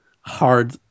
hard